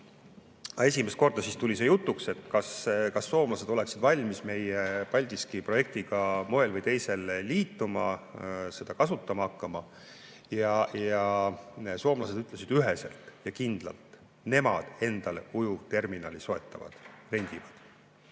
esimest korda tuli jutuks see, kas soomlased oleksid valmis meie Paldiski-projektiga moel või teisel liituma, seda kasutama hakkama. Ja soomlased ütlesid üheselt ja kindlalt: nemad endale ujuvterminali soetavad, rendivad.